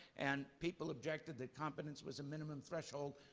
and people objected that competence was a minimum threshold.